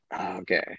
Okay